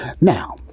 now